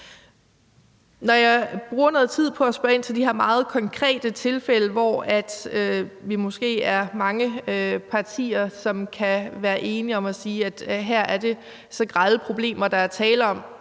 Når jeg bruger noget tid på at spørge ind til de her meget konkrete tilfælde, hvor vi måske er mange partier, som kan være enige om at sige, at her er det så grelle problemer, der er tale om,